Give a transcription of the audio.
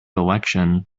election